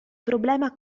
problema